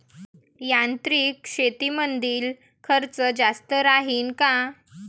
यांत्रिक शेतीमंदील खर्च जास्त राहीन का?